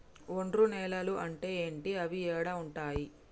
ఒండ్రు నేలలు అంటే ఏంటి? అవి ఏడ ఉంటాయి?